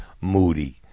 moody